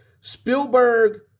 Spielberg